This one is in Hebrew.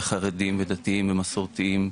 בחרדים ודתיים ומסורתיים,